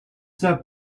that